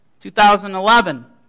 2011